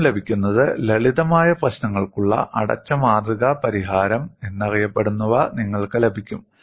ആദ്യം ലഭിക്കുന്നത് ലളിതമായ പ്രശ്നങ്ങൾക്കുള്ള അടച്ച മാതൃക പരിഹാരം എന്നറിയപ്പെടുന്നവ നിങ്ങൾക്ക് ലഭിക്കും